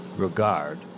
regard